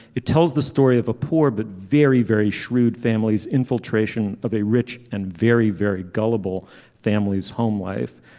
it tells the story of a poor but very very shrewd family's infiltration of a rich and very very gullible family's home life.